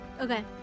Okay